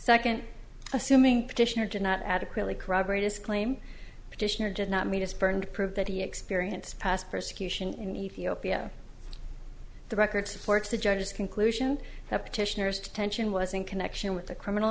second assuming petitioner did not adequately corroborate his claim petitioner did not need us burned prove that he experience past persecution in ethiopia the record supports a judge's conclusion that petitioners detention was in connection with the criminal